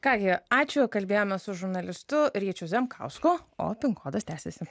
ką gi ačiū kalbėjome su žurnalistu ryčiu zemkausku opijumi kodas tęsiasi